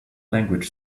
language